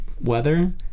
weather